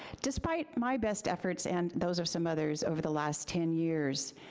despite my best efforts and those are some others over the last ten years,